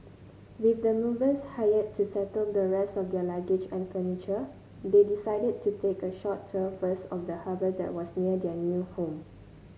with the movers hired to settle the rest of their luggage and furniture they decided to take a short tour first of the harbour that was near their new home